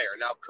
Now